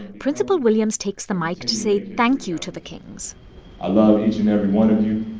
principal williams takes the mic to say thank you to the kings i love each and every one